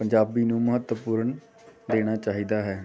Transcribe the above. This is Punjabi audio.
ਪੰਜਾਬੀ ਨੂੰ ਮਹੱਤਵਪੂਰਨ ਦੇਣਾ ਚਾਹੀਦਾ ਹੈ